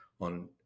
on